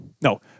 No